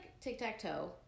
tic-tac-toe